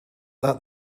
that